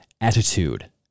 attitude